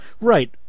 Right